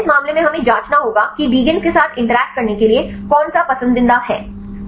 सही इस मामले में हमें जांचना होगा कि लिगैंड के साथ इंटरैक्ट करने के लिए कौन सा पसंदीदा है